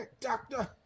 Doctor